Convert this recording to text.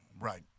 Right